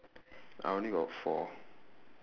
I only got four